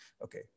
Okay